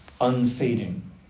unfading